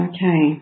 Okay